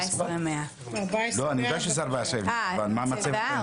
14,100. מה המצבה?